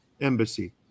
embassy